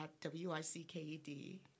W-I-C-K-E-D